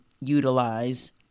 utilize